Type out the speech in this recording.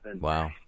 Wow